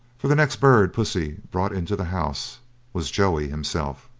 for the next bird pussy brought into the house was joey himself.